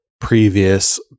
previous